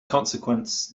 consequence